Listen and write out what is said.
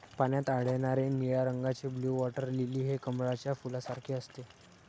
पाण्यात आढळणारे निळ्या रंगाचे ब्लू वॉटर लिली हे कमळाच्या फुलासारखे असते